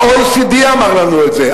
ה-OECD אמר לנו את זה,